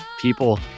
people